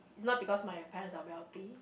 it's not because my parents are wealthy